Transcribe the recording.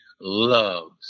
loves